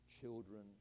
children